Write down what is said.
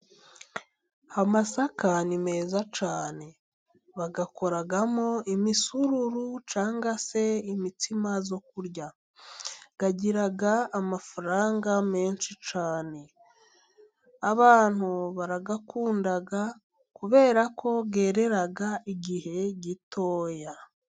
Amasaka ni meza cyane, bayakoramo imisururu cyangwa se imitsima yo kurya, agira amafaranga menshi cyane abantu barayakunda kubera ko yerera igihe gitoya.